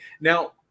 now